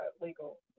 legal